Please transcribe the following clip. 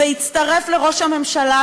והצטרף לראש הממשלה,